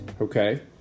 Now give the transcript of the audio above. Okay